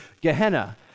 Gehenna